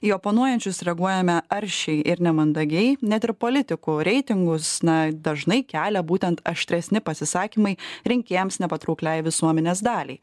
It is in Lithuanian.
į oponuojančius reaguojame aršiai ir nemandagiai net ir politikų reitingus na dažnai kelia būtent aštresni pasisakymai rinkėjams nepatraukliai visuomenės daliai